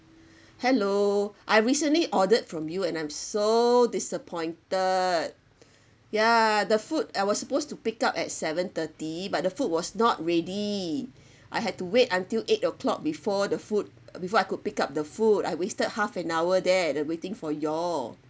hello I recently ordered from you and I'm so disappointed ya the food I was supposed to pick up at seven thirty but the food was not ready I had to wait until eight o'clock before the food before I could pick up the food I wasted half an hour there then waiting for you all